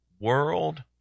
world